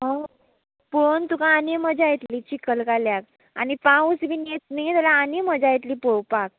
आं पळोन तुका आनी मजा येतली चिकलकाल्याक आनी पावस बीन येत न्ही जाल्या आनी मजा येतली पळोपाक